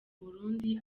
burundi